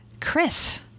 Chris